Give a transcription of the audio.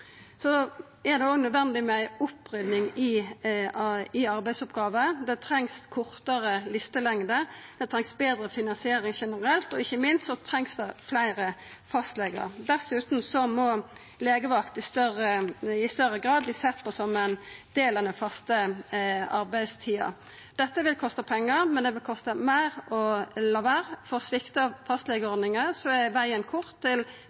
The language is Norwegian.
Så er det òg nødvendig med ei opprydding i arbeidsoppgåver. Det trengst kortare listelengder, det trengst betre finansiering generelt, og ikkje minst trengst det fleire fastlegar. Dessutan må legevakt i større grad verta sett på som ein del av den faste arbeidstida. Dette vil kosta pengar, men det vil kosta meir å la vera, for sviktar fastlegeordninga, er vegen kort til